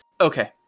Okay